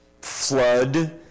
flood